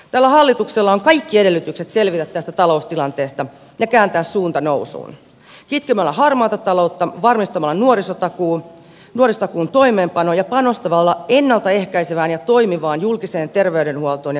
tällä hallituksella on kaikki edellytykset selvitä tästä taloustilanteesta ja kääntää suunta nousuun kitkemällä harmaata taloutta varmistamalla nuorisotakuun toimeenpano ja panostamalla ennalta ehkäisevään ja toimivaan julkiseen terveydenhuoltoon ja sosiaalipalveluihin